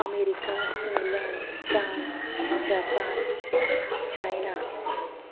America England France Japan China